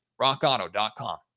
rockauto.com